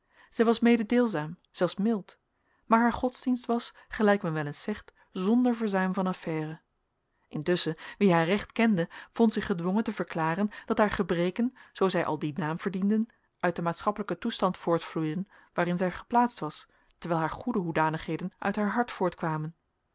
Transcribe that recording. zij was mededeelzaam zelfs mild maar haar godsdienst was gelijk men wel eens zegt zonder verzuim van affaire intusschen wie haar recht kende vond zich gedwongen te verklaren dat haar gebreken zoo zij al dien naam verdienden uit den maatschappelijken toestand voortvloeiden waarin zij geplaatst was terwijl haar goede hoedanigheden uit haar hart voortkwamen